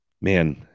Man